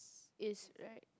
Iz right